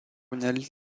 une